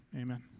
amen